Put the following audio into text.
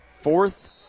Fourth